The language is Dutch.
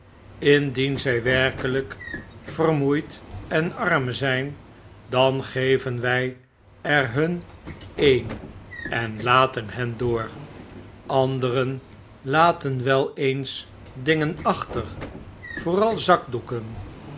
indien zg werkelijk vermoeid en arm zyn dan geven wy er hun een en laten hen door anderen laten wel eens dingen achter vooral zakdoeken